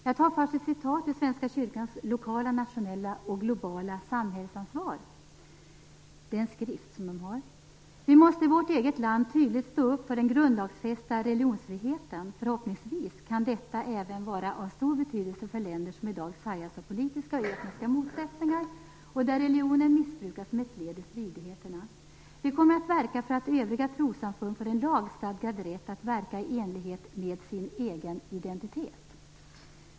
Jag återger först ett citat ur skriften Svenska kyrkans lokala, nationella och globala samhällsansvar: "Vi måste i vårt eget land tydligt stå upp för den grundlagsfästa religionsfriheten. Förhoppningsvis kan detta även vara av stor betydelse för länder som idag sargas av politiska och etniska motsättningar och där religionen missbrukas som ett led i stridigheterna. Vi kommer att verka för att övriga trossamfund får en lagstadgad rätt att verka i enlighet med sin egen identitet."